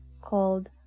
called